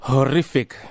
Horrific